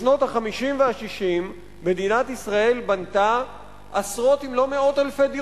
בשנות ה-50 וה-60 מדינת ישראל בנתה עשרות אלפי,